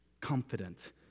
confident